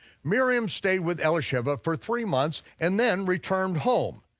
miriam stayed with elisheva for three months and then returned home,